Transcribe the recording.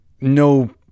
no